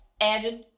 added